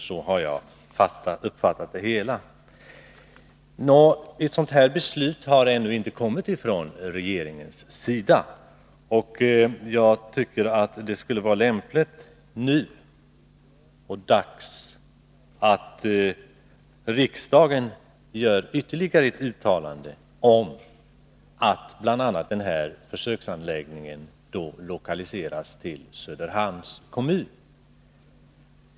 Något beslut om en sådan anläggning har ännu inte fattats av regeringen, och jag tycker att det nu skulle vara dags att riksdagen gör ytterligare ett uttalande, bl.a. innebärande att denna försöksanläggning lokaliseras till Söderhamns kommun.